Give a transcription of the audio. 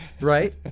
right